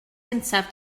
gyntaf